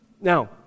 Now